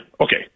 Okay